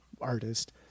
artist